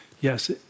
yes